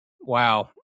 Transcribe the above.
wow